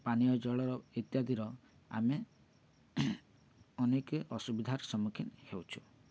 ପାନୀୟ ଜଳର ଇତ୍ୟାଦିର ଆମେ ଅନେକ ଅସୁବିଧାର ସମ୍ମୁଖୀନ ହେଉଛୁ